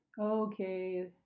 Okay